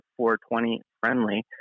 420-friendly